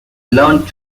learned